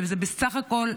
שבסך הכול,